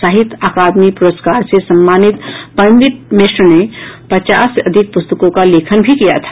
साहित्य आकादमी प्रस्कार से सम्मानित पंडित मिश्र ने पचास से अधिक प्रस्तकों का लेखन भी किया था